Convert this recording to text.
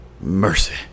Mercy